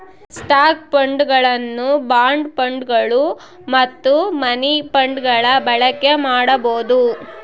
stock ಫಂಡ್ಗಳನ್ನು bond ಫಂಡ್ಗಳು ಮತ್ತು ಮನಿ ಫಂಡ್ಗಳ ಬಳಕೆ ಮಾಡಬೊದು